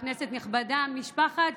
כנסת נכבדה, משפחת